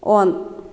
on